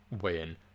win